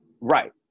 Right